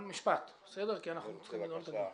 אבל משפט, כי אנחנו צריכים לנעול את הדיון.